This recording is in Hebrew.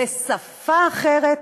בשפה אחרת,